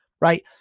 right